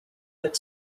that